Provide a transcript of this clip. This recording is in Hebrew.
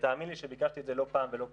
ותאמין לי שביקשתי את זה לא פעם ולא פעמיים.